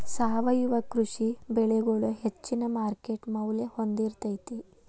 ಸಾವಯವ ಕೃಷಿ ಬೆಳಿಗೊಳ ಹೆಚ್ಚಿನ ಮಾರ್ಕೇಟ್ ಮೌಲ್ಯ ಹೊಂದಿರತೈತಿ